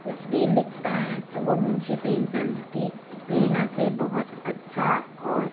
कुछ भी लिखता है तो वो मुंशी प्रेमचंद की प्रेरणा से बहुत अच्छा और